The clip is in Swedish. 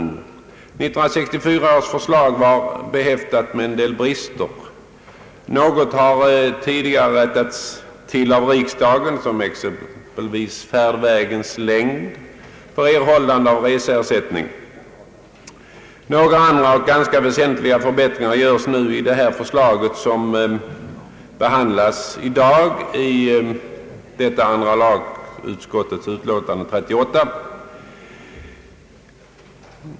1964 års förslag var behäftat med en del brister. Något har tidigare rättats till av riksdagen, exempelvis färdvägens längd för erhållande av reseersättning. Några andra och ganska väsentliga förbättringar görs i det förslag som behandlas i dag i andra lagutskottets utlåtande nr 38.